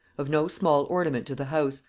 of no small ornament to the house,